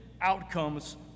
outcomes